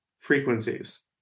frequencies